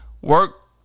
work